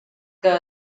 que